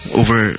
over